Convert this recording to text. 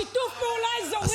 את שיתוף הפעולה האזורי?